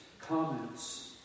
comments